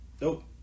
Nope